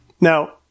Now